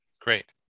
Great